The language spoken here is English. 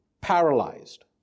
paralyzed